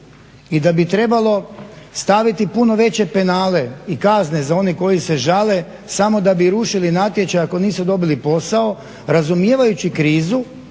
i da bi trebalo staviti puno veće penale i kazne za one koji se žale, samo da bi rušili natječaj ako nisu dobili posao razumijevajući krizu,